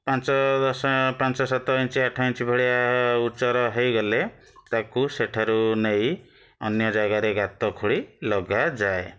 ପାଞ୍ଚ ଦଶ ପାଞ୍ଚ ସାତ ଇଞ୍ଚ୍ ଆଠ ଇଞ୍ଚ୍ ଭଳିଆ ଉଚ୍ଚର ହୋଇଗଲେ ତାକୁ ସେଠାରୁ ନେଇ ଅନ୍ୟ ଜାଗାରେ ଗାତ ଖୋଳି ଲଗାଯାଏ